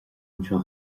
anseo